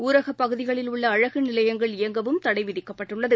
ஊரகப் பகுதிகளில் உள்ளஅழகுநிலையங்கள் இயங்கவும் தடைவிதிக்கப்பட்டுள்ளது